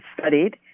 studied